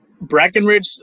Brackenridge